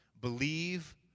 believe